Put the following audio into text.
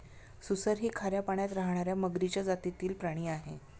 सुसर ही खाऱ्या पाण्यात राहणार्या मगरीच्या जातीतील प्राणी आहे